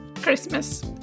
Christmas